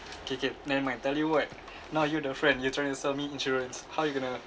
K K never mind tell you [what] now you're the friend you're trying to sell me insurance how you're going to